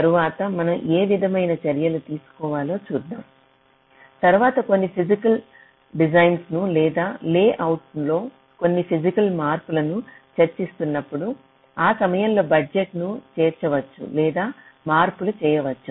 తరువాత మనం ఏ విధమైన చర్యలు తీసుకోవాలో చూద్దాం తరువాత కొన్ని ఫిజికల్ డిజైన్లను లేదా లేఅవుట్లో కొన్ని భౌతిక మార్పులను చర్చిస్తున్నప్పుడు ఈ సమయంలో బడ్జెట్లను చేర్చవచ్చు లేదా మార్పులు చేయవచ్చు